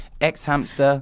ex-hamster